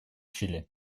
чили